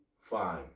Fine